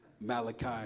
Malachi